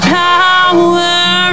power